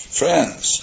friends